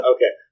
Okay